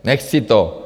Nechci to!